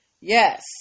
Yes